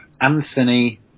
Anthony